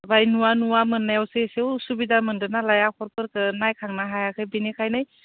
बाहाय नुवा नुवा मोननायावसो इसे असुबिदा मोनदों नालाय आखरफोरखौ नायखांनो हायाखै बेनिखायनो